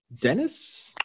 dennis